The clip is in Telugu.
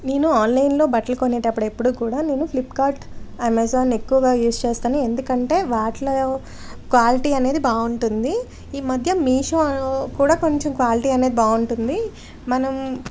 నేను ఆన్లైన్లో బట్టలు కొనేటప్పుడు ఎప్పుడూ కూడా నేను ఫ్లిప్కార్ట్ అమెజాన్ ఎక్కువగా యూజ్ చేస్తాను ఎందుకంటే వాటిలో క్వాలిటీ అనేది బాగుంటుంది ఈ మధ్య మీషో కూడా కొంచెం క్వాలిటీ అనేది బాగుంటుంది మనం